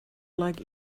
like